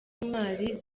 intwari